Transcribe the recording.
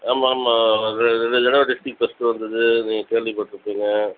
ஆமாம் ஆமாம் ரெ ரெண்டு தடவை டிஸ்ட்ரிக் ஃபர்ஸ்ட் வந்துது நீங்கள் கேள்விப்பட்டுருப்பீங்க